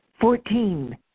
fourteen